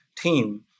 team